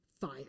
fire